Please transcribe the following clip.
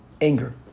anger